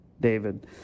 David